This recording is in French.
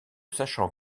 sachant